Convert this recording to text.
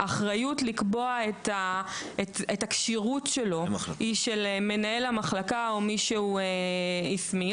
האחריות לקבוע את הכשירות שלו היא של מנהל המחלקה או מי שהוא הסמיך,